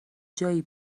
جایی